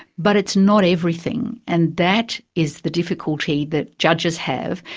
but it's not everything, and that is the difficulty that judges have,